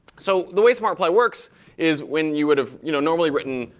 so the way smart reply works is when you would have you know normally written,